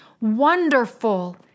wonderful